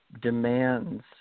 demands